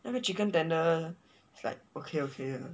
那个 chicken tender it's like okay okay lah